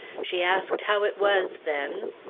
she asked how it was then?